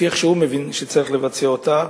כפי שהוא מבין שצריך לבצע אותו,